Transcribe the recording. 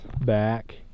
back